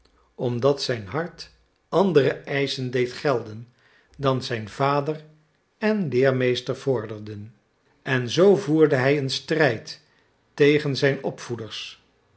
omdat zijn hart andere eischen deed gelden dan zijn vader en leermeester vorderden en zoo voerde hij een strijd tegen zijn opvoeders